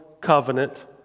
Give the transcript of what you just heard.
covenant